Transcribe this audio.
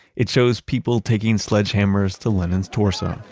it shows people taking sledgehammers to lenin's torso.